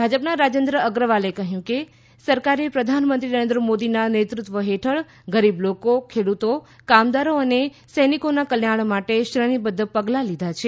ભાજપના રાજેન્દ્ર અગ્રવાલે કહ્યું કે સરકારે પ્રધાનમંત્રી નરેન્દ્ર મોદીના નેતૃત્વ હેઠળ ગરીબ લોકો ખેડુતો કામદારો અને સૈનિકોના કલ્યાણ માટે શ્રેણીબદ્ધ પગલાં લીધા છે